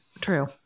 True